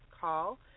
call